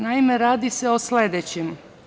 Naime, radi se o sledećem.